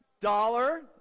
dollar